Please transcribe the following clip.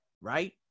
right